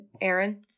Aaron